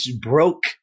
broke